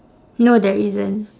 no there isn't